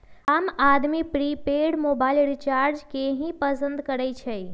आम आदमी prepaid mobile recharge के ही पसंद करई छई